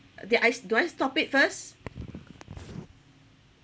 did I s~ do I stop it first